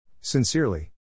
Sincerely